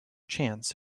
chance